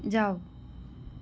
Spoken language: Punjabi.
ਜਾਓ